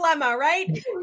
right